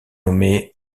nommée